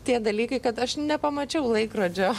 tie dalykai kad aš nepamačiau laikrodžio